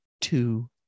two